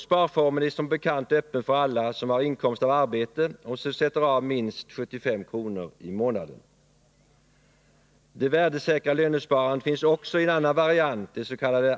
Sparformen är som bekant öppen för alla som har inkomst av arbete och sätter av minst 75 kr. i månaden. Det värdesäkra lönesparandet finns också i en annan variant, dets.k.